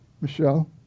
Michelle